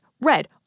red